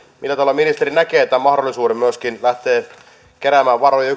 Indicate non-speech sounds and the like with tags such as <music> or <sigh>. millä tavalla ministeri näkee tämän mahdollisuuden lähteä keräämään varoja <unintelligible>